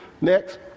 Next